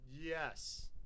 Yes